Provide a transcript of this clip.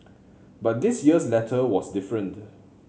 but this year's letter was different